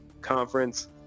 conference